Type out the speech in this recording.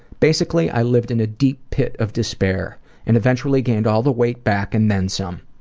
basically i lived in a deep pit of despair and eventually gained all the weight back and then some.